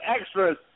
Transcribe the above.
extras